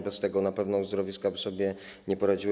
Bez tego na pewno uzdrowiska by sobie nie poradziły.